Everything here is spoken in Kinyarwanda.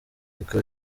siko